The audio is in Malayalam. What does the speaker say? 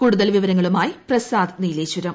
കൂടുതൽ വിവരങ്ങളുമായി പ്രസാദ് നീലേശ്വരം